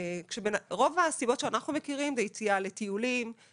רוב הסיבות שאנחנו מכירים זה יציאה לטיולים,